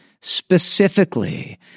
Specifically